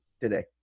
today